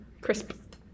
Crisp